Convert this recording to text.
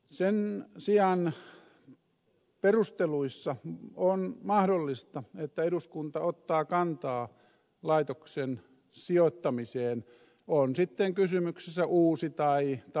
sen sijaan on mahdollista että eduskunta perusteluissa ottaa kantaa laitoksen sijoittamiseen on sitten kysymyksessä uusi tai vanha